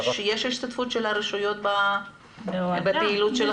יש השתתפות של הרשויות בפעילות שלכם?